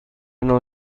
نوع